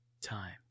time